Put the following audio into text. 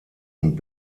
und